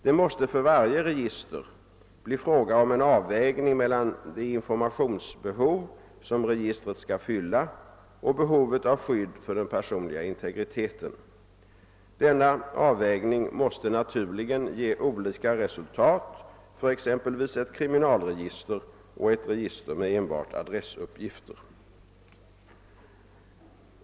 Det måste för varje register bli fråga om en avvägning mellan det informationsbehov som registret skall fylla och behovet av skydd för den personliga integriteten. Denna avvägning måste naturligen ge olika resultat för exempelvis ett kriminalregister och ett register med enbart adressuppgifter.